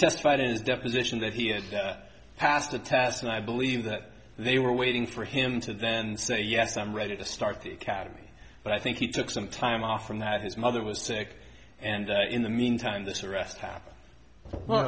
testified as deposition that he had passed the tests and i believe that they were waiting for him to then say yes i'm ready to start the academy but i think he took some time off from that his mother was sick and in the meantime this arrest how well